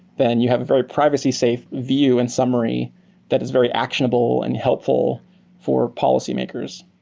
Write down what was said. then you have a very privacy-safe view in summary that is very actionable and helpful for policymakers.